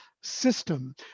system